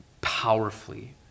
powerfully